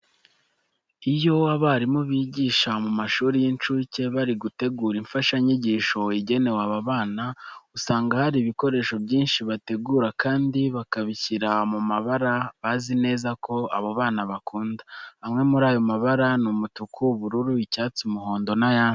Iyo abarimu bigisha mu mashuri y'incuke bari gutegura imfashanyigisho igenewe aba bana, usanga hari ibikoresho byinshi bategura kandi bakabishyira mu mabara bazi neza ko abo bana bakunda. Amwe muri ayo mabara ni umutuku, ubururu, icyatsi, umuhondo n'ayandi.